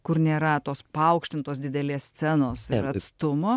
kur nėra tos paaukštintos didelės scenos ir atstumo